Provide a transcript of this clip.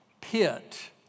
pit